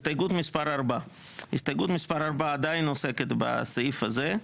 הסתייגות מספר 4. הסתייגות מספר 4 עדיין עוסקת בסעיף הזה,